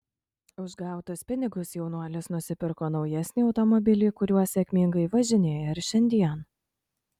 už gautus pinigus jaunuolis nusipirko naujesnį automobilį kuriuo sėkmingai važinėja ir šiandien